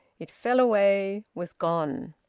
it fell away, was gone.